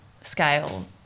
scale